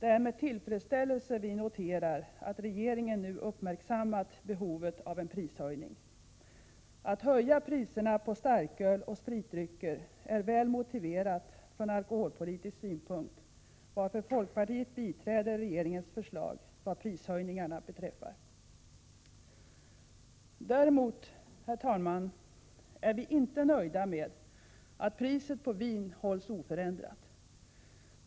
Det är med tillfredsställelse vi noterar att regeringen nu uppmärksammat behovet av en prishöjning. Att höja priserna på starköl och spritdrycker är väl motiverat från alkoholpolitisk synpunkt, varför folkpartiet biträder regeringens förslag vad prishöjningarna beträffar. Däremot, herr talman, är vi inte nöjda med att priset på vin hålls oförändrat.